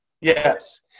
yes